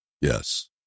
Yes